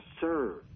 serve